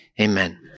Amen